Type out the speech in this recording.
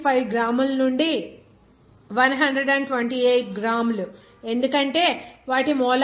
5 గ్రాముల నుండి 128 గ్రాములు ఎందుకంటే వాటి మోలార్ 0